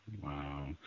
Wow